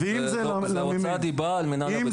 זה הוצאת דיבה על מינהל הבטיחות.